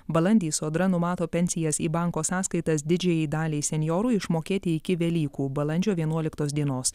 balandį sodra numato pensijas į banko sąskaitas didžiajai daliai senjorų išmokėti iki velykų balandžio vienuoliktos dienos